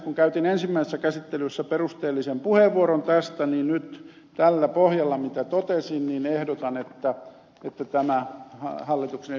kun käytin ensimmäisessä käsittelyssä perusteellisen puheenvuoron tästä niin nyt tällä pohjalla mitä totesin ehdotan että tämä hallituksen esitys hylätään